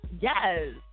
Yes